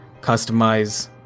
customize